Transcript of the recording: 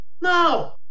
No